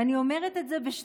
אני אומרת את זה ב-24:00